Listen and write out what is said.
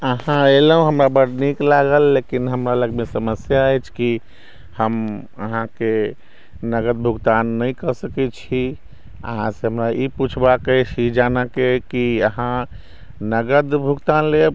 अहाँ अयलहुँ हमरा बड नीक लागल लेकिन हमरा लगमे समस्या अछि की हम अहाँके नगद भुगतान नहि कऽ सकै छी अहाँसँ हमरा ई पूछबाके अछि ई जानऽके अछि की अहाँ नगद भुगतान लेब